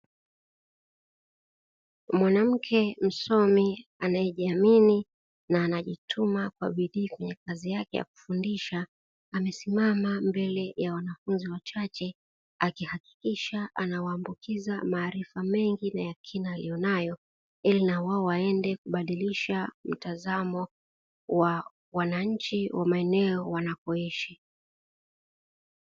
Mwanamke msomi anayejiamini, na anajituma kwa bidii kwenye kazi yake ya kufundishia, amesimama mbele ya wanafunzi wachache, akihakikisha anawaambukiza maarifa mengi na ya kina aliyonayo, ili na wao waende kubadilisha mtazamo wa wananchi wa maeneo wanapoishi.